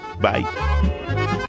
Bye